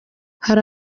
hari